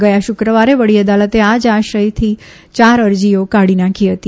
ગયા શુક્રવારે વડી અદાલતે આ જ આશયની યાર અરજીઓ કાઢી નાંખી હતી